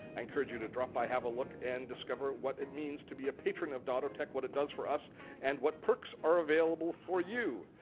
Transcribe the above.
i encourage you to drop by, have a look and discover what it means to be a patron of dottotech, what it does for us and what perks are available for you.